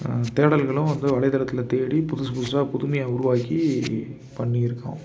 தேடல்களும் வந்து வலைத்தளத்தில் தேடி புதுசு புதுசாக புதுமையாக உருவாக்கி பண்ணியிருக்கோம்